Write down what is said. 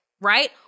right